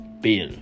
bill